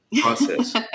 process